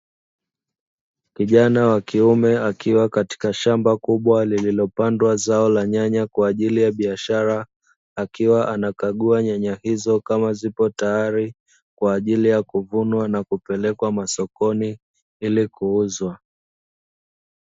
Kijana wa kiume akiwa katika shamba kubwa , lililopandwa zao la nyanya kwa ajili ya biashara, akiwa anakagua nyanya hizo kama zipo tayari, kwa ajili ya kuvunwa na kupelekwa masokoni ili kuuzwa .